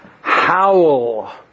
howl